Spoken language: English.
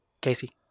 Casey